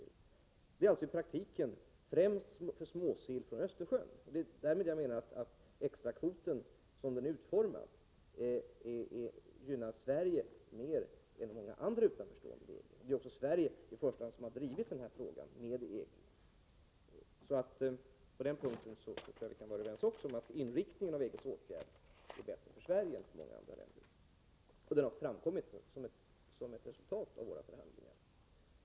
Det gäller alltså i praktiken främst småsill från Östersjön, och jag menar att extrakvoten som den är utformad gynnar Sverige mer än många andra som står utanför EG. Det är också Sverige som drivit denna fråga med EG. Jag tror också att vi kan vara överens om att inriktningen av EG:s åtgärder är bättre för Sverige än för många andra länder — och den har framkommit som resultat av våra förhandlingar.